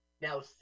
Now